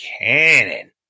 cannon